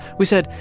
we said,